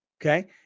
Okay